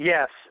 Yes